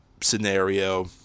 scenario